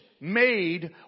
made